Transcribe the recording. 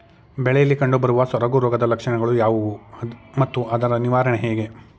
ಬೆಳೆಯಲ್ಲಿ ಕಂಡುಬರುವ ಸೊರಗು ರೋಗದ ಲಕ್ಷಣಗಳು ಯಾವುವು ಮತ್ತು ಅದರ ನಿವಾರಣೆ ಹೇಗೆ?